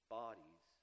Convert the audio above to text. bodies